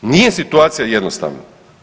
Nije situacija jednostavna.